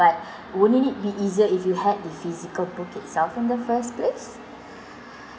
but wouldn't it be easier if you had the physical book itself in the first place